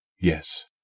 Yes